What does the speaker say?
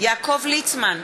יעקב ליצמן,